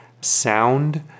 sound